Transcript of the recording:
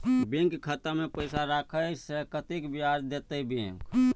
Bank खाता में पैसा राखे से कतेक ब्याज देते बैंक?